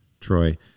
Troy